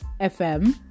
fm